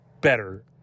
better